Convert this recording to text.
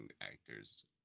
actors